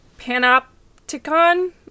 Panopticon